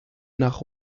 nach